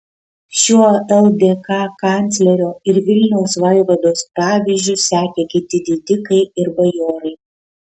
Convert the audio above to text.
šiuo ldk kanclerio ir vilniaus vaivados pavyzdžiu sekė kiti didikai ir bajorai